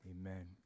Amen